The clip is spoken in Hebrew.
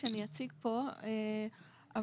אבל